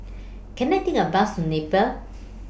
Can I Take A Bus to Napier